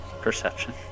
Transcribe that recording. Perception